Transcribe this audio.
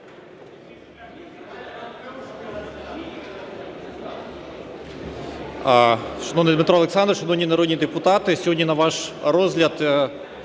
Дмитро Олександрович, шановні народні депутати! Сьогодні на ваш розгляд